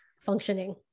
functioning